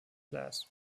class